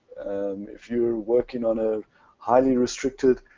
um if you're working on a highly restricted